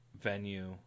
venue